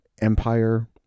Empire